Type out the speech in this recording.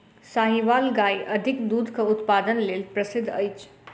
साहीवाल गाय अधिक दूधक उत्पादन लेल प्रसिद्ध अछि